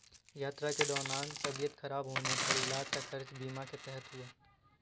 यात्रा के दौरान तबियत खराब होने पर इलाज का खर्च बीमा के तहत हुआ